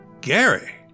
Gary